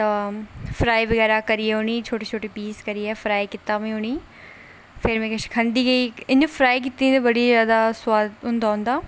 fry बगैरा करियै ते उ'नेंगी छोटे छोटे पीस करियै में फ्राई कीता उ'नेंगी फिर में किश खंदी गेई इं'या फ्राई कीते दे बड़ा जादा सोआद होंदा उं'दा